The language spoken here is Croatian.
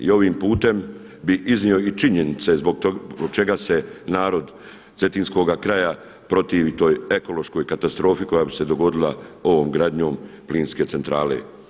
I ovim putem bih iznio i činjenice zbog tog zbog čeg se narod cetinskoga kraja protivi toj ekološkoj katastrofi koja bi se dogodila ovom gradnjom plinske centrale.